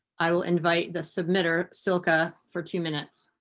i will invite the submitter silke ah for two minutes.